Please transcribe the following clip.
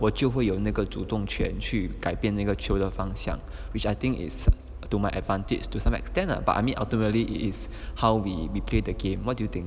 我就会有那个主动权去改变那个球的方向 which I think is to my advantage to some extent lah but I mean ultimately it is how we play the game what do you think